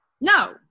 No